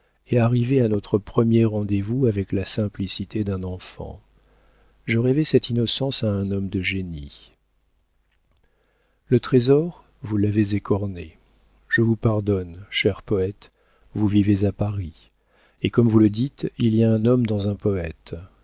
et arriver à notre premier rendez-vous avec la simplicité d'un enfant je rêvais cette innocence à un homme de génie le trésor vous l'avez écorné je vous pardonne cher poëte vous viviez à paris et comme vous le dites il y a un homme dans un poëte